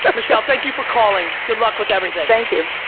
but michelle, thank you for calling. good luck with everything. thank you.